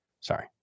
sorry